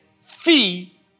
fee